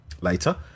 later